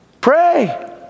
Pray